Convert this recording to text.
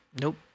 Nope